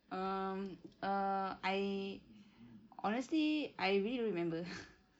um err I honestly I really don't remember